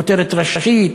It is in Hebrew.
כותרת ראשית,